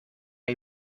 hay